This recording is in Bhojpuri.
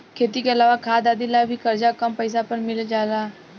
खेती के अलावा खाद आदि ला भी करजा कम पैसा पर मिल जाला